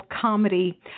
comedy